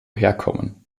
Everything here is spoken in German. herkommen